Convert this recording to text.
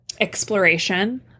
exploration